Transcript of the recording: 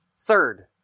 third